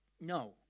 no